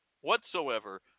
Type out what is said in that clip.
whatsoever